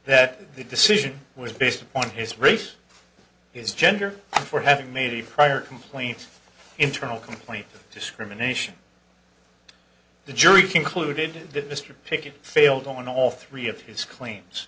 that the decision was based on his race is gender for having made a prior complaint internal complaint discrimination the jury concluded that mr pickett failed on all three of his claims